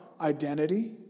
identity